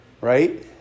right